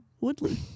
Woodley